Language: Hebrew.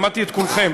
שמעתי את כולכם.